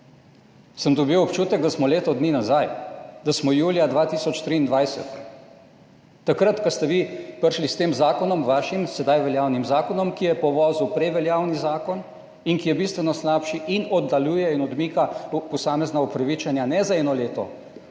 sem dobil občutek, da smo leto dni nazaj, da smo julija 2023, takrat ko ste vi prišli s tem zakonom, vašim sedaj veljavnim zakonom, ki je povozil prej veljavni zakon, in ki je bistveno slabši in oddaljuje in odmika posamezna upravičenja, ne za eno leto,